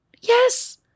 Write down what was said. Yes